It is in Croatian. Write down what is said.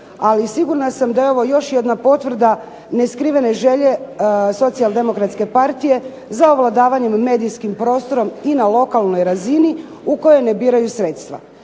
ali sigurna sam da je ovo još jedna potvrda neskrivene želje Socijaldemokratske partije za ovladavanjem medijskim prostorom i na lokalnoj razini u kojoj ne biraju sredstva.